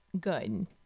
good